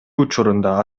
учурунда